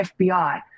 FBI